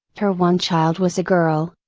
her one child was a girl,